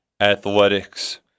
Athletics